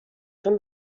چون